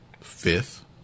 fifth